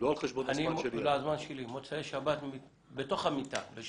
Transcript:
במוצאי שבת מדבר עם